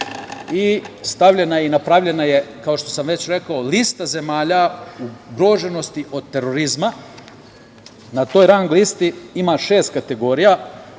i stavljena je i napravljena, kao što sam već rekao, lista zemalja ugroženosti od terorizma. Na toj rang listi ima šest kategorija,